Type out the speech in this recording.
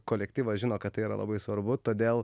kolektyvas žino kad tai yra labai svarbu todėl